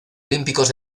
olímpicos